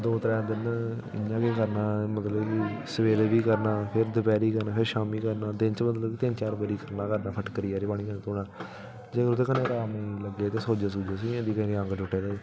दो त्रैऽ दिन इ'यां गै करना मतलब कि सबैह्रे बी करना फिर दपैह्री करना फिर शामीं करना दिन च मतलब कि तिन्न चार बारी करना फटकड़ी आह्ले पानी कन्नै धोना जे ओह्दे कन्नै आराम निं लग्गे ते सोजश सूजश होई जंदी जे अंग टुटे दा होऐ